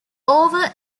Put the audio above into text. over